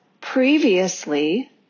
previously